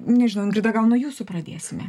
nežinau ingrida gal nuo jūsų pradėsime